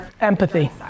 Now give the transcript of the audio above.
Empathy